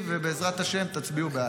בעזרת השם, תצביעו בעד.